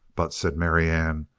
but, said marianne,